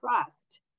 trust